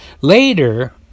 later